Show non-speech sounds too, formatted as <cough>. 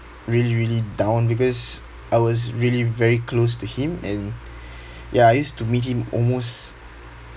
really really down because I was really very close to him and <breath> ya I used to meet him almost